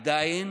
עדיין